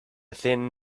thin